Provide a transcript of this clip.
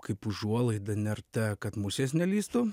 kaip užuolaida nerta kad musės nelįstų